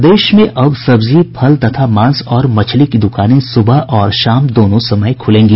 प्रदेश में अब सब्जी फल तथा मांस और मछली की दुकानें सुबह और शाम दोनों समय खूलेंगी